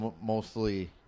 mostly